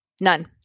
none